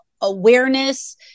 awareness